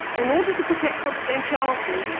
in order to protect confidentiality,